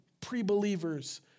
pre-believers